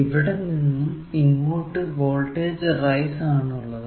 ഇവിടെ നിന്നും ഇങ്ങോട്ടു വോൾടേജ് റൈസ് ആണ് ഉള്ളത്